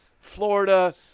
Florida